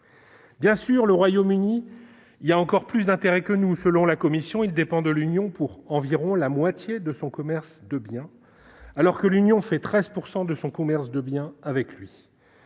Bien sûr, le Royaume-Uni y a encore plus intérêt que nous : selon la Commission, il dépend de l'Union pour environ la moitié de son commerce de biens, alors que l'Union réalise 13 % de son commerce de biens avec lui.